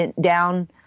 down